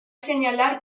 señalar